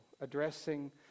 Addressing